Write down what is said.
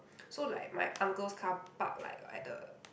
so like my uncle's car park like at the